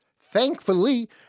thankfully